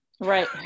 Right